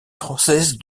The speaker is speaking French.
française